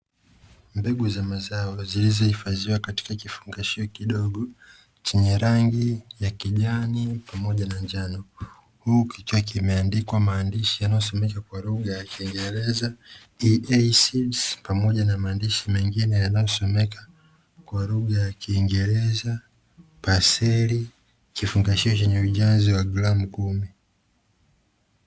Mbegu za mazao zilizohifadhiwa katika kifungashio kidogo chenye rangi ya kijani pamoja na njano huu kichwa kimeandikwa maandishi yanayosomeka kwa lugha ya kiingereza iesis pamoja na maandishi mengine yanayosomeka kwa lugha ya kiingereza basili kifungashio chenye ujazo wa gramu kumi.